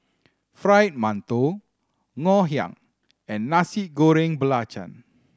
Fried Mantou Ngoh Hiang and Nasi Goreng Belacan